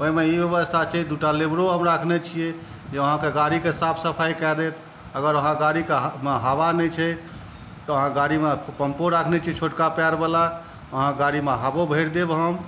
ओहिमे ई व्यवस्था छै जे दूटा लेबरो हम रखने छियै जे अहाँके गाड़ीकेँ साफ सफाइ कए देत अगर अहाँक गाड़ीमे ह हवा नहि छै तऽ अहाँक गाड़ीमे पम्पो रखने छी छोटका पाएरवला अहाँक गाड़ीमे हवो भरि देब हम